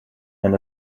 and